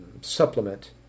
supplement